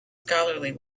scholarly